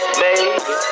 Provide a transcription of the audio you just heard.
baby